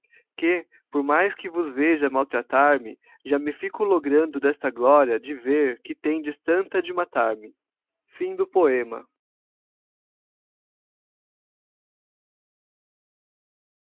que por mais que vos veja maltratar me já me fico logrando desta glória de ver que tendes tanta de matar me aquela